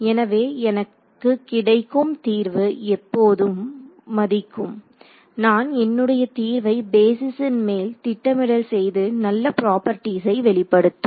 எனவே எனக்கு கிடைக்கும் தீர்வு எப்போதும் மதிக்கும் நான் என்னுடைய தீர்வை பேஸிஸ்ன் மேல் திட்டமிடல் செய்து நல்ல புரோபர்டீஸ்ஸை வெளிப்படுத்தும்